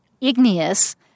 igneous